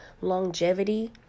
longevity